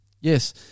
Yes